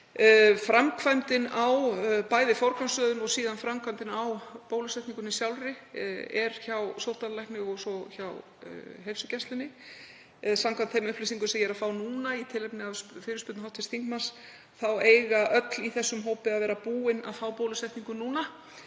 Framkvæmdin, bæði forgangsröðun og síðan framkvæmdin á bólusetningunni sjálfri, er hjá sóttvarnalækni og svo hjá heilsugæslunni. Samkvæmt þeim upplýsingum sem ég fæ núna í tilefni af fyrirspurn hv. þingmanns, eiga öll í þessum hópi að vera búin að fá bólusetningu núna.